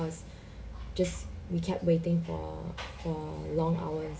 was just we kept waiting for for long hours